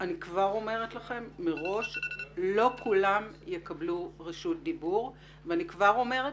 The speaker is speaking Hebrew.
אני כבר אומרת לכם מראש שלא כולם יקבלו רשות דיבור ואני כבר אומרת,